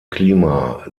klima